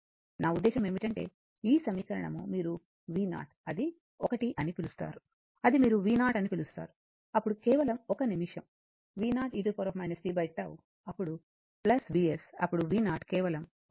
నా ఉద్దేశ్యం ఏమిటంటే ఈ సమీకరణం మీరు v0 అది 1 అని పిలుస్తారు అది మీరు v0 అని పిలుస్తారు అప్పుడు కేవలం ఒక నిమిషం v0 e tτ అప్పుడు Vs అప్పుడు v0 కేవలం 1 నిమిషం అవుతుంది